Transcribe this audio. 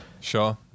Sure